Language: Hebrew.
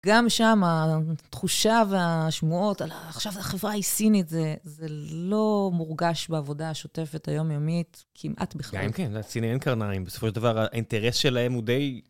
גם שם, התחושה והשמועות על עכשיו החברה היא סינית, זה לא מורגש בעבודה השותפת היומיומית כמעט בכלל. גם אם כן, את יודעת - לסיני אין קרניים. בסופו של דבר, האינטרס שלהם הוא די...